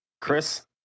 chris